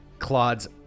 Claude's